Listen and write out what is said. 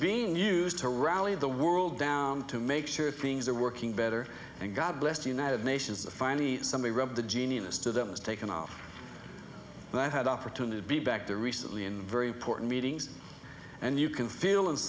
being used to rally the world down to make sure things are working better and god bless the united nations finally somebody rubbed the genius to them has taken off and i had the opportunity to be back there recently and very important meetings and you can feel